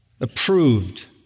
approved